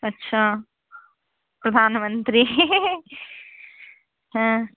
अच्छा प्रधानमन्त्री हँ